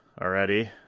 already